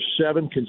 seven